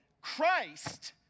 Christ